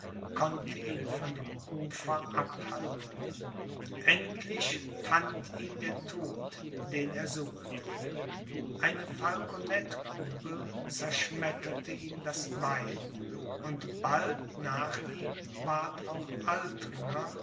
konnte ihn von dem ufer abhalten endlich fand ihn der tod den er suchte eine falkonetkugel zerschmetterte ihm das bein und bald nach ihm ward auch altringer